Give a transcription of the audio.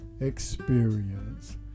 experience